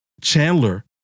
Chandler